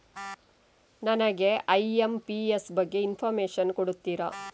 ನನಗೆ ಐ.ಎಂ.ಪಿ.ಎಸ್ ಬಗ್ಗೆ ಇನ್ಫೋರ್ಮೇಷನ್ ಕೊಡುತ್ತೀರಾ?